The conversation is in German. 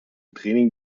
training